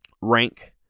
rank